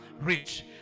rich